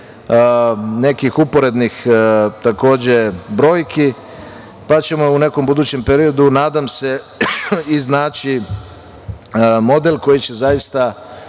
nekih uporednih brojki, pa ćemo u nekom budućem periodu, nadam se iznaći model koji će zaista